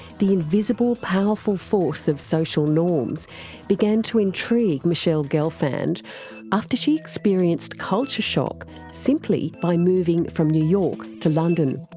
the invisible powerful force of social norms began to intrigue michele gelfand after she experienced culture shock simply by moving from new york to london.